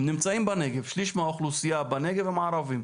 הם נמצאים בנגב, שליש מהאוכלוסייה בנגב המערבי,